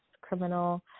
criminal